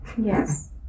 Yes